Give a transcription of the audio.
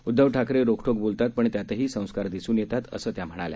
उदधव ठाकरे रोखठोक बोलतात पण त्यातही संस्कार दिसून येतात असं त्या म्हणल्या